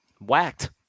Whacked